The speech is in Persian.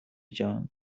جان